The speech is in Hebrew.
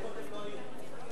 קודם לא היו?